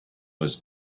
was